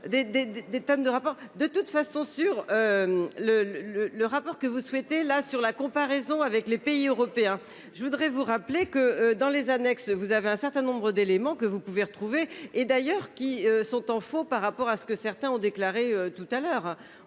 de toute façon sur. Le le le rapport que vous souhaitez là sur la comparaison avec les pays européens. Je voudrais vous rappeler que dans les annexes. Vous avez un certain nombre d'éléments que vous pouvez retrouver et d'ailleurs qui sont en faux par rapport à ce que certains ont déclaré tout à l'heure